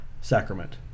sacrament